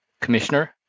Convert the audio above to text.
Commissioner